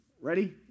ready